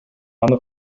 аны